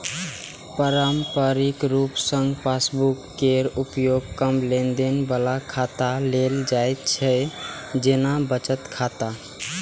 पारंपरिक रूप सं पासबुक केर उपयोग कम लेनदेन बला खाता लेल होइ छै, जेना बचत खाता